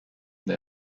they